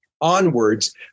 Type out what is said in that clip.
onwards